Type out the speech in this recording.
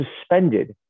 suspended